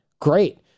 Great